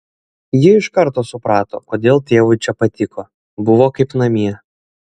ji iš karto suprato kodėl tėvui čia patiko buvo kaip namie